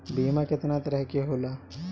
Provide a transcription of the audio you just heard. बीमा केतना तरह के होला?